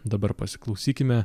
dabar pasiklausykime